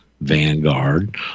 Vanguard